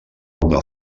una